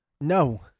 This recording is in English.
No